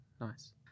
Nice